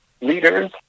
leaders